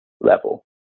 level